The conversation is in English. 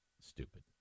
stupid